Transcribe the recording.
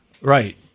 right